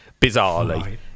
bizarrely